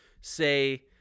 say